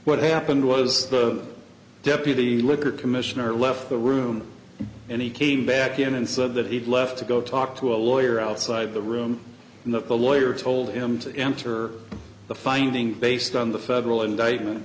what happened was the deputy liquor commissioner left the room and he came back in and said that he'd left to go talk to a lawyer outside the room and that the lawyer told him to enter the finding based on the federal indictment